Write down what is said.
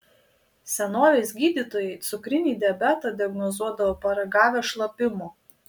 senovės gydytojai cukrinį diabetą diagnozuodavo paragavę šlapimo